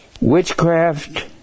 witchcraft